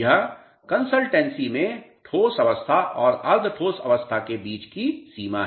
यह कन्सिसटेन्सी में ठोस अवस्था और अर्ध ठोस अवस्था के बीच की सीमा है